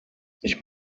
ich